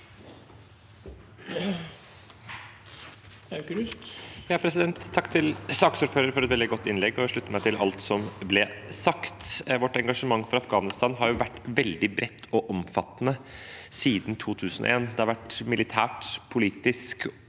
Takk til saksordfø- reren for et veldig godt innlegg. Jeg slutter meg til alt som ble sagt. Vårt engasjement for Afghanistan har vært veldig bredt og omfattende siden 2001. Det har vært militært, politisk og